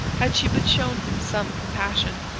had she but shown him some compassion.